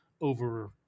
over